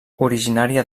originària